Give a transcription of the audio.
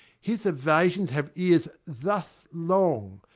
his evasions have ears thus long.